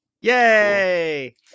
Yay